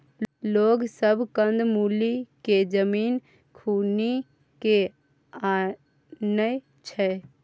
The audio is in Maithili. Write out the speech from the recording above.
लोग सब कंद मूल केँ जमीन खुनि केँ आनय छै